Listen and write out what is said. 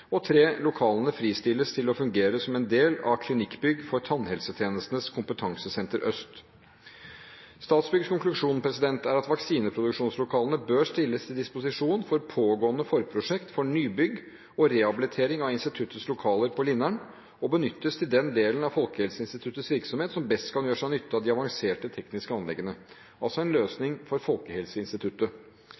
Lokalene fristilles til å fungere som en del av klinikkbygg for Tannhelsetjenestens kompetansesenter Øst, TKØ. Statsbyggs konklusjon er at vaksineproduksjonslokalene bør stilles til disposisjon for pågående forprosjekt for nybygg og rehabilitering av instituttets lokaler på Lindern, og benyttes til den delen av Folkehelseinstituttets virksomhet som best kan gjøre seg nytte av de avanserte tekniske anleggene, altså en løsning for Folkehelseinstituttet.